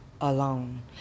alone